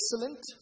excellent